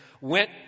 went